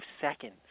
seconds